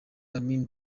amin